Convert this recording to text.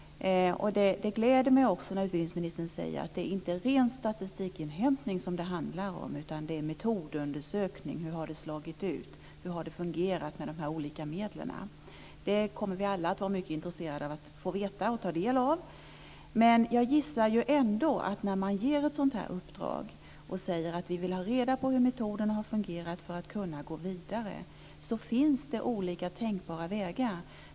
Det gläder mig också att utbildningsministern säger att det inte är ren statistikinhämtning som det handlar om, utan det handlar också om metodundersökning - hur det fallit ut, hur det har fungerat med olika medlen. Alla kommer vi att vara mycket intresserade av att få ta del av detta. Men när man ger ett sådant här uppdrag och säger att vi vill ha reda på hur metoderna har fungerat för att kunna gå vidare finns det, gissar jag, olika tänkbara vägar.